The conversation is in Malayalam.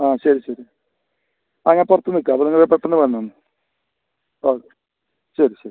ആ ശരി ശരി ആ ഞാൻ പുറത്ത് നിക്കാ അപ്പം നിങ്ങൾ പെട്ടെന്ന് വരണം ഒന്ന് ഓക്കേ ശരി ശരി